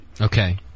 Okay